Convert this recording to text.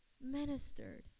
ministered